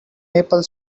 maple